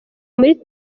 muri